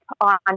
on